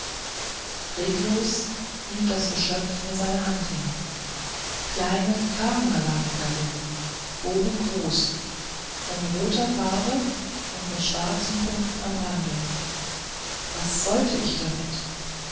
regungslos hielt das geschöpf mir seine hand hin kleine körner lagen darin bohnengroß von roter farbe und mit schwarzen punkten am rande was sollte ich damit